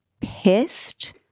pissed